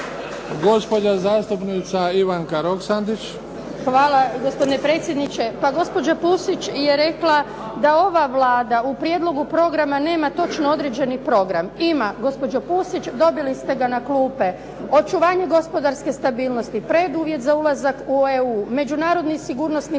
**Roksandić, Ivanka (HDZ)** Hvala gospodine predsjedniče. Gospođa Pusić je rekla da ova Vlada u prijedlogu programa nema točno određeni program. Ima. Gospođo Pusić dobili ste na klupe, očuvanje gospodarske stabilnosti, preduvjet za ulazak u EU, međunarodni sigurnosni